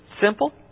simple